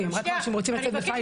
היא אמרה שהם רוצים לצאת בפיילוט.